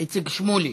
איציק שמולי.